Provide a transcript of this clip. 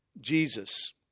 Jesus